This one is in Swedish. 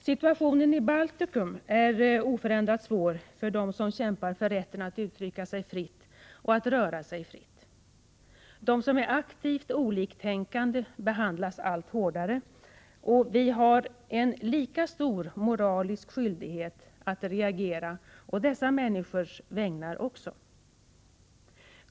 Situationen i Baltikum är oförändrat svår för dem som kämpar för rätten att uttrycka sig fritt och röra sig fritt. De som är aktivt oliktänkande behandlas allt hårdare. Vi har en lika stor moralisk skyldighet att reagera också å dessa människors vägnar.